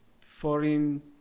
foreign